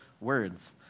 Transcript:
words